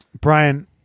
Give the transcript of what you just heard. brian